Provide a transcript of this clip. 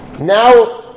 now